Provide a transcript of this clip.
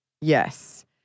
Yes